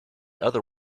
other